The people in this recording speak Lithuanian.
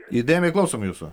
įdėmiai klausom jūsų